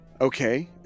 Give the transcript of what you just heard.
Okay